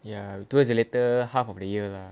ya towards the later half of the year lah